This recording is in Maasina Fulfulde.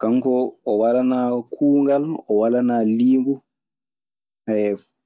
Kan ko o walanaa kuungal o walanaa liingu hay